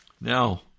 Now